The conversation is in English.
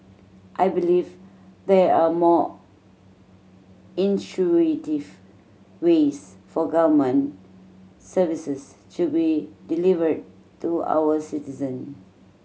I believe there are more intuitive ways for government services to be delivered to our citizen